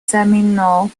seminole